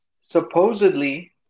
supposedly